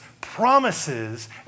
promises